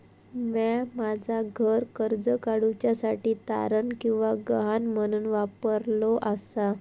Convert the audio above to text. म्या माझा घर कर्ज काडुच्या साठी तारण किंवा गहाण म्हणून वापरलो आसा